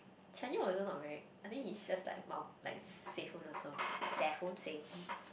Chan-Yeol also not very I think he's just like mul~ like Sehun also Sehun Sehun